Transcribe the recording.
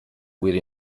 with